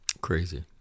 Crazy